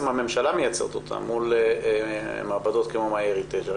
הממשלה מייצרת אותה מול מעבדות כמו "my heritage".